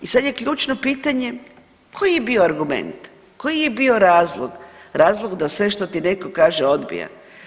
I sad je ključno pitanje koji je bio argument, koji je bio razlog, razlog da sve što ti netko kaže odbija?